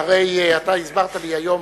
שהרי אתה הסברת לי היום,